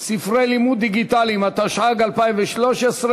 ספרי לימוד דיגיטליים, התשע"ג 2013,